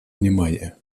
внимание